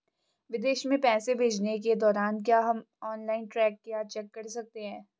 विदेश में पैसे भेजने के दौरान क्या हम ऑनलाइन ट्रैक या चेक कर सकते हैं?